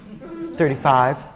thirty-five